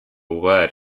word